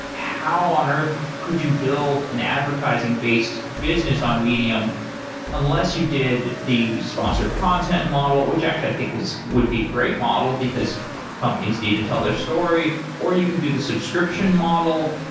how on earth could you build an advertising-based business on medium unless you did the sponsored content model, which actually i think would be great model, because companies need to tell their story, or you could do the subscription model.